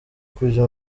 kujya